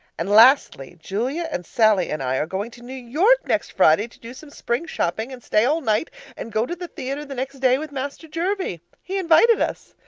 and lastly julia and sallie and i are going to new york next friday to do some spring shopping and stay all night and go to the theatre the next day with master jervie he invited us.